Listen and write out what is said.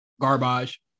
garbage